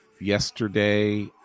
Yesterday